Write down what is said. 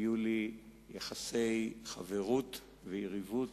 היו לי יחסי חברות ויריבות.